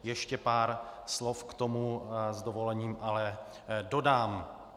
Ještě pár slov k tomu s dovolením ale dodám.